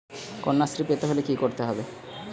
কন্যাশ্রী পেতে হলে কি করতে হবে?